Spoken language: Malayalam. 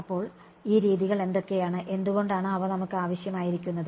അപ്പോൾ ഈ രീതികൾ എന്തൊക്കെയാണ് എന്തുകൊണ്ടാണ് അവ നമുക്ക് ആവശ്യമായിരിക്കുന്നത്